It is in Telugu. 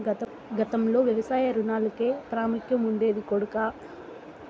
గతంలో వ్యవసాయ రుణాలకే ప్రాముఖ్యం ఉండేది కొడకా